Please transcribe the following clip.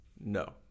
No